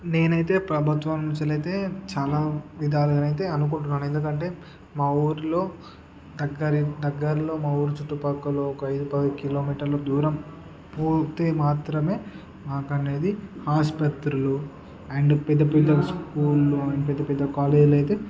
నేనైతే ప్రభుత్వం నుంచలైతే చాలా విధాలుగానైతే అనుకుంటున్నాను ఎందుకంటే మా ఊర్లో దక్కరి దగ్గరలో మా ఊరు చుట్టూ పక్కలో ఒక ఐదు పది కిలోమీటర్ల దూరం పూర్తీ మాత్రమే మాకనేది ఆసుపత్రులు అండ్ పెద్దపెద్ద స్కూల్లు పెద్ద పెద్ద కాలేజ్లైతే